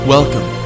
Welcome